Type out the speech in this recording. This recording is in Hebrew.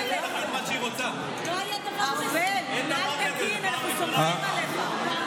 ארבל, אנחנו סומכים עליך.